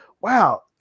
wow